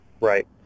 Right